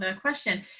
question